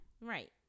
Right